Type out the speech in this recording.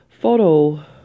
photo